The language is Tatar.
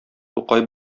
тукай